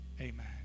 Amen